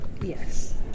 Yes